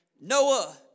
Noah